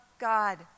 God